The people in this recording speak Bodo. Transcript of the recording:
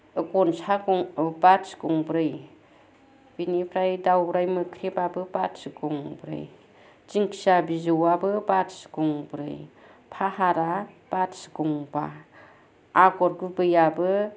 गनसा गं बाथि गंब्रै बिनिफ्राय दाउराय मोख्रेबाबो बाथि गंब्रै दिंखिया बिजौआबो बाथि गंब्रै फाहारा बाथि गंबा आगर गुबैयाबो